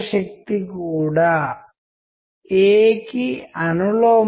మీరు చెప్పే మాటలు కఠినంగా ఉన్నాయి కానీ ముఖంపై చిరునవ్వు ఉంది